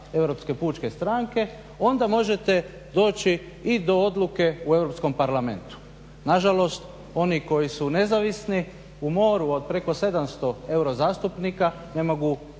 Europske pučke stranke onda možete doći i do odluke u Europskom parlamentu. Na žalost oni koji su nezavisni u moru od preko 700 euro zastupnika ne mogu